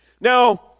now